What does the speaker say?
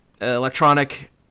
electronic